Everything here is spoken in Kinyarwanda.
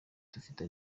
dufite